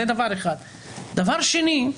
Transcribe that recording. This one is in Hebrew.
דבר שני.